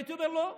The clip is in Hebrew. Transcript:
הייתי אומר: לא.